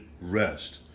rest